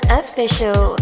official